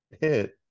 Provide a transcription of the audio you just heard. hit